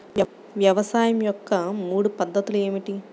వ్యవసాయం యొక్క మూడు పద్ధతులు ఏమిటి?